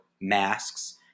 masks